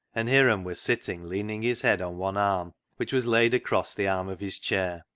and hiram was sitting leaning his head on one arm, which was laid across the arm of his chair.